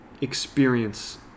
experience